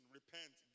Repent